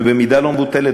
במידה לא מבוטלת,